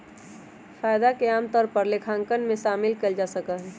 फायदा के आमतौर पर लेखांकन में शामिल कइल जा सका हई